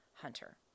Hunter